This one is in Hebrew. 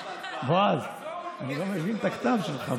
בועז, אני לא יכול, אני לא מבין את הכתב שלך.